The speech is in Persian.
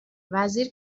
وزیر